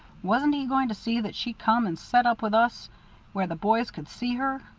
wasn't he going to see that she come and sat up with us where the boys could see her?